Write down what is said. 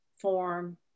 form